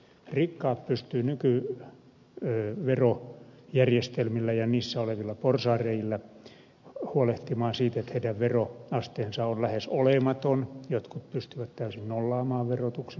rikkaat pystyvät nykyverojärjestelmillä ja niissä olevilla porsaanreiillä huolehtimaan siitä että heidän veroasteensa on lähes olematon jotkut pystyvät täysin nollaamaan verotuksensa